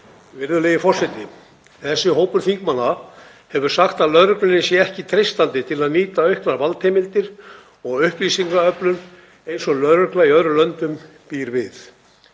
Virðulegi forseti. Þessi hópur þingmanna hefur sagt að lögreglunni sé ekki treystandi til að nýta auknar valdheimildir og upplýsingaöflun eins og lögregla í öðrum löndum býr við.